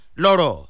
loro